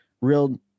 real